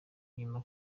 inyuma